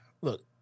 look